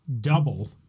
double